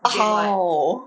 how